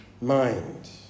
mind